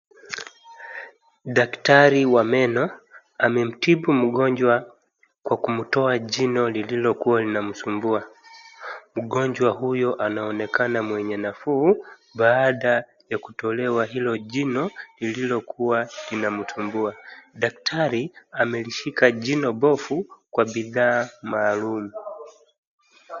Daktari wa meno amemtibu mgonjwa kwa kumtoa jino lililo kuwa linamsumbua. Mgonjwa huyo anaonekana mwenye nafuu baada ya kutolewa hilo jino lilokuwa linamsumbua. Daktari amelishika jino mbovu kwa bidhaa maalum.